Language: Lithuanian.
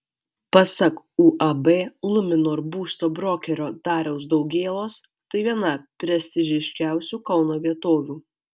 pasak uab luminor būsto brokerio dariaus daugėlos tai viena prestižiškiausių kauno vietovių